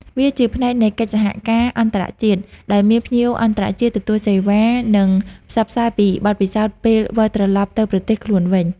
វាជាផ្នែកនៃកិច្ចសហការណ៍អន្តរជាតិ ដោយមានភ្ញៀវអន្តរជាតិទទួលសេវានិងផ្សព្វផ្សាយពីបទពិសោធន៍ពេលវិលត្រឡប់ទៅប្រទេសខ្លួនវិញ។